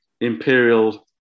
imperial